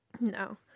No